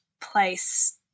place